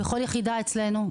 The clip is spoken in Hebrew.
בכל יחידה אצלנו,